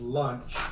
lunch